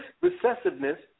recessiveness